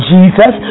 Jesus